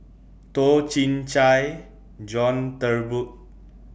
Toh Chin Chye John Turnbull